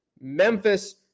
Memphis